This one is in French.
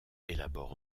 élabore